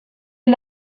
est